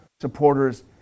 supporters